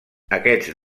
aquests